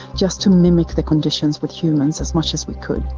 just to mimic the conditions with humans as much as we could.